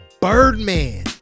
Birdman